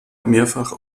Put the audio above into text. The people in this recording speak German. mehrfach